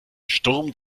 sturm